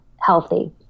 healthy